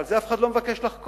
על זה אף אחד לא מבקש לחקור.